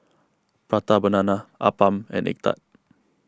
Prata Banana Appam and Egg Tart